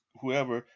whoever